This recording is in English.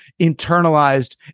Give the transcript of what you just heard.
internalized